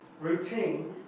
Routine